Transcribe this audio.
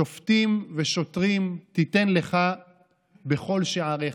"שפטים ושטרים תתן לך בכל שעריך".